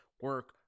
Work